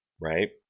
Right